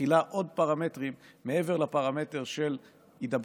מכילה עוד פרמטרים מעבר לפרמטר של הידבקות